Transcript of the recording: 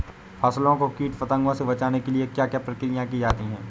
फसलों को कीट पतंगों से बचाने के लिए क्या क्या प्रकिर्या की जाती है?